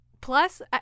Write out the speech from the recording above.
plus